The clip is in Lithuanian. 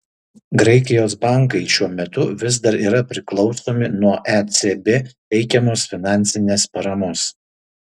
graikijos bankai šiuo metu vis dar yra priklausomi nuo ecb teikiamos finansinės paramos